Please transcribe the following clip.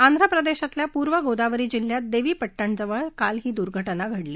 आंध्र प्रदेशातल्या पूर्व गोदावरी जिल्ह्यात देवीपट्टणमजवळ काल ही दूर्घटना घडली